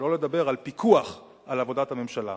שלא לדבר על פיקוח על עבודת הממשלה.